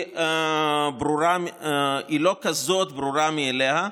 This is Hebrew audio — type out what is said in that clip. היא לא כזאת ברורה מאליה.